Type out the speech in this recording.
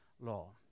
law